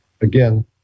Again